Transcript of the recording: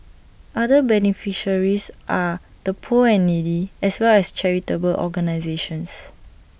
other beneficiaries are the poor and needy as well as charitable organisations